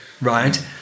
right